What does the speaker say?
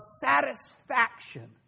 satisfaction